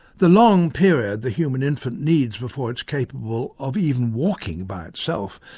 the long period the human infant needs before it's capable of even walking by itself,